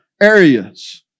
areas